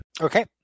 Okay